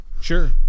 sure